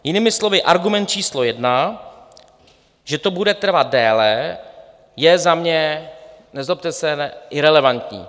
Jinými slovy argument číslo jedna, že to bude trvat déle, je za mě, nezlobte se, relevantní.